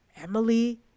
Emily